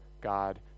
God